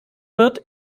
wird